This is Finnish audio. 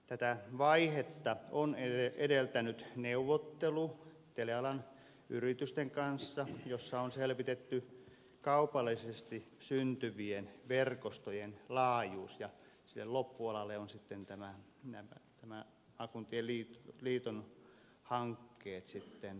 tätä vaihetta on edeltänyt telealan yritysten kanssa neuvottelu jossa on selvitetty kaupallisesti syntyvien verkostojen laajuus ja siihen loppualalle ovat sitten nämä maakuntien liittojen hankkeet syntymässä